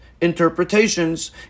interpretations